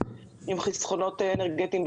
שיש בו חסכונות אנרגטיים,